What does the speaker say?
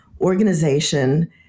organization